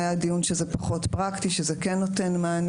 היה דיון שזה פחות פרקטי, שזה כן נותן מענה.